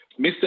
Mr